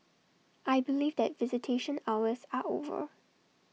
I believe that visitation hours are over